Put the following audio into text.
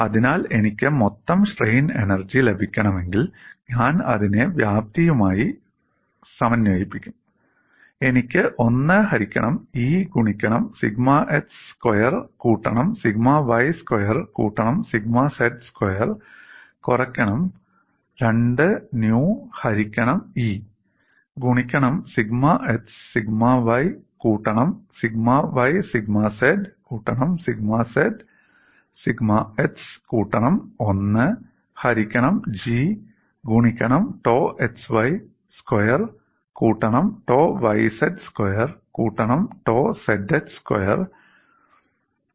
അതിനാൽ എനിക്ക് മൊത്തം സ്ട്രെയിൻ എനർജി ലഭിക്കണമെങ്കിൽ ഞാൻ അതിനെ വ്യാപ്തിയുമായി സമന്വയിപ്പിക്കും എനിക്ക് 1 ഹരിക്കണം E ഗുണിക്കണം 'സിഗ്മ x സ്ക്വയർ കൂട്ടണം സിഗ്മ y സ്ക്വയർ കൂട്ടണം സിഗ്മ z സ്ക്വയർ' കുറക്കണം 2 ന്യൂ ഹരിക്കണം ഇ ഗുണിക്കണം 'സിഗ്മ x സിഗ്മ y കൂട്ടണം സിഗ്മ y സിഗ്മ z കൂട്ടണം സിഗ്മ z സിഗ്മ x' കൂട്ടണം 1 ഹരിക്കണം ജി ഗുണിക്കണം 'ടോ xy സ്ക്വയർ കൂട്ടണം ടോ yz സ്ക്വയർ കൂട്ടണം ടോ zx സ്ക്വയർ'